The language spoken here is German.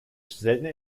seltene